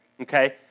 Okay